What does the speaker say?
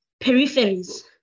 peripheries